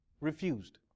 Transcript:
refused